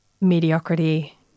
mediocrity